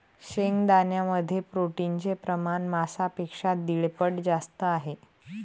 शेंगदाण्यांमध्ये प्रोटीनचे प्रमाण मांसापेक्षा दीड पट जास्त आहे